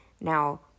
Now